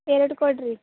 ಎರಡು ಕೊಡಿರಿ